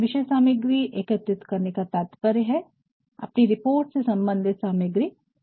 विषय सामग्री एकत्रित करने का तात्पर्य है अपनी रिपोर्ट से सम्बंधित सामग्री एकत्रित करना